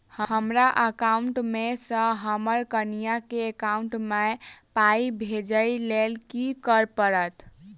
हमरा एकाउंट मे सऽ हम्मर कनिया केँ एकाउंट मै पाई भेजइ लेल की करऽ पड़त?